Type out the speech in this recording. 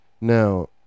Now